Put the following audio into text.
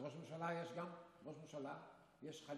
כי יש ראש ממשלה, יש ח'ליפה,